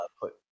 put